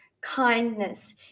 kindness